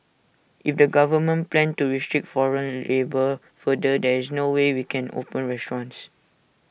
if the government plans to restrict foreign labour further there is no way we can open restaurants